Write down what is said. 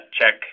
check